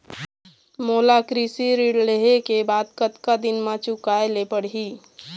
मोला कृषि ऋण लेहे के बाद कतका दिन मा चुकाए ले पड़ही?